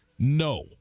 no